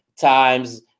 times